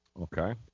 Okay